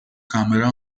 camera